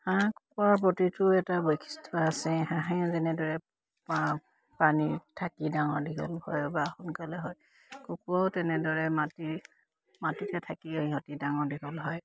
হাঁহ কুকুৰাৰ প্ৰতিটো এটা বৈশিষ্ট্য আছে হাঁহে যেনেদৰে পানীত থাকি ডাঙৰ দীঘল হয় বা সোনকালে হয় কুকুৰাও তেনেদৰে মাটি মাটিতে থাকিয়ে সিহঁতি ডাঙৰ দীঘল হয়